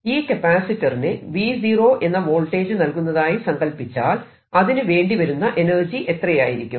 ഈ കപ്പാസിറ്ററിന് V0 എന്ന വോൾട്ടേജ് നൽകുന്നതായി സങ്കല്പിച്ചാൽ അതിനു വേണ്ടിവരുന്ന എനർജി എത്രയായിരിക്കും